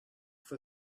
for